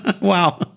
Wow